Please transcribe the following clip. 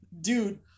Dude